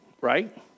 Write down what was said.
Right